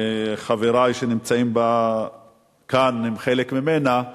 שחברי שנמצאים כאן הם חלק ממנה,